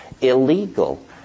illegal